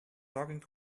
talking